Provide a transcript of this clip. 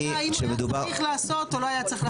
האם הוא היה צריך לעשות או לא היה צריך לעשות.